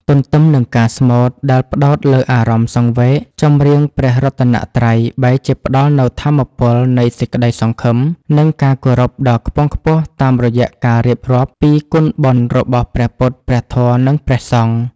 ទន្ទឹមនឹងការស្មូតដែលផ្ដោតលើអារម្មណ៍សង្វេគ ចម្រៀងព្រះរតនត្រ័យបែរជាផ្តល់នូវថាមពលនៃសេចក្តីសង្ឃឹម និងការគោរពដ៏ខ្ពង់ខ្ពស់តាមរយៈការរៀបរាប់ពីគុណបុណ្យរបស់ព្រះពុទ្ធ ព្រះធម៌ និងព្រះសង្ឃ។